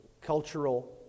cultural